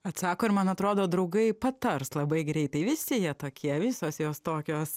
atsako ir man atrodo draugai patars labai greitai visi jie tokie visos jos tokios